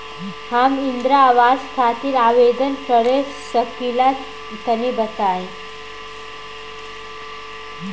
हम इंद्रा आवास खातिर आवेदन कर सकिला तनि बताई?